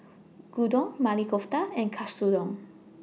Gyudon Maili Kofta and Katsudon